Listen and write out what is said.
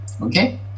Okay